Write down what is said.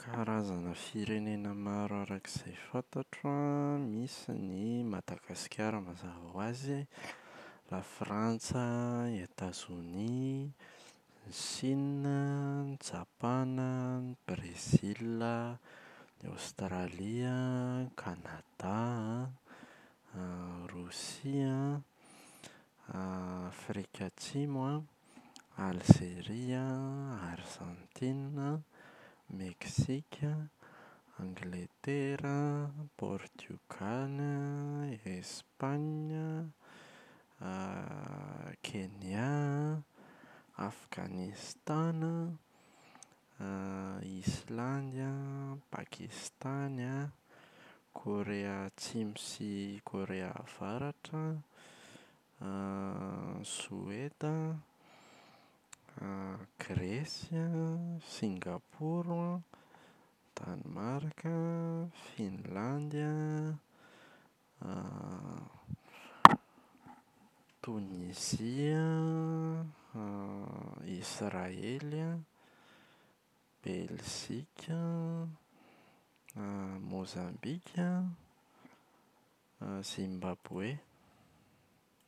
Karazana firenena maro araka izay fantatro an. Misy ny Madagasikara mazava ho azy, Lafrantsa, Etazonia, Sina an, Japana, Brezila, Aostralia, Kanada an Rosia an Afrika Atsimo an, Alzeria, Arzantina, Meksika, Angletera an, Portiogaly, Espana, Kenya an, Afganistana Islandy an, Pakistany an, Korea Atsimo sy Korea Avaratra an